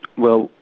well,